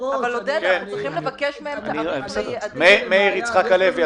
אנחנו צריכים לבקש מהם --- מאיר יצחק הלוי,